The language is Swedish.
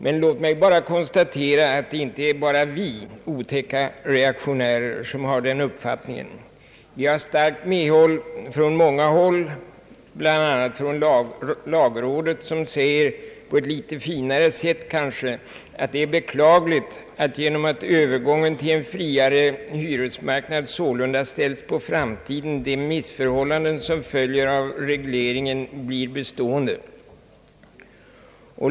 Men låt mig bara få konstatera att det inte endast är vi otäcka reaktionärer som har den uppfattningen. Vi har starkt medhåll från många håll, bla. från lagrådet, som säger, på ett litet finare sätt kanske, att det är »beklagligt, att genom att övergången till en friare hyresmarknad sålunda ställes på framtiden de missförhållanden som följer av regleringen blir: bestående».